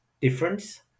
difference